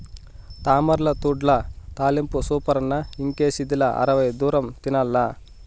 తామరతూడ్ల తాలింపు సూపరన్న ఇంకేసిదిలా అరవై దూరం తినాల్ల